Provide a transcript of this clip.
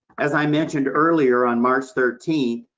as i mentioned earlier, on march thirteenth,